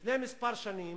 לפני כמה שנים